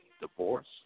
divorce